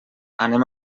anem